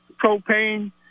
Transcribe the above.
propane